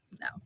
no